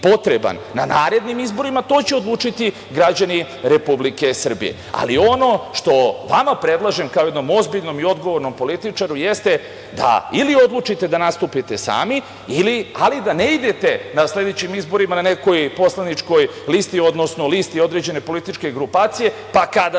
potreban na narednim izborima, to će odlučiti građani Republike Srbije. Ali, ono što vama predlažem kao jednom ozbiljnom i odgovornom političaru jeste da ili odlučite da nastupite sami, ali da ne idete na sledećim izborima na nekoj poslaničkoj listi odnosno listi određene političke grupacije, pa kada